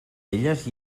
elles